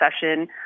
session